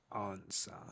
answer